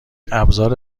ابزار